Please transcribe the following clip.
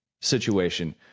situation